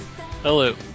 Hello